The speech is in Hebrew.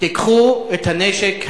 תיקחו את הנשק הזה.